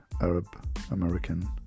Arab-American